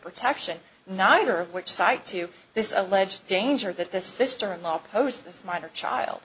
protection neither of which side to this alleged danger that this sister in law pose this minor child